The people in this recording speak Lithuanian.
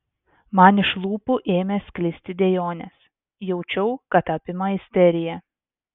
man iš lūpų ėmė sklisti dejonės jaučiau kad apima isterija